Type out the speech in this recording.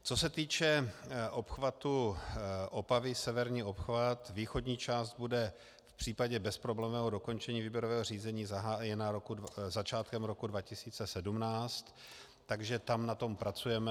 Co se týče obchvatu Opavy, severní obchvat, východní část bude v případě bezproblémového dokončení výběrového řízení zahájena začátkem roku 2017, takže tam na tom pracujeme.